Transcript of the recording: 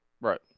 Right